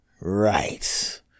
Right